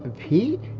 pete,